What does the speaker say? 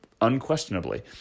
unquestionably